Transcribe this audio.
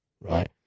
right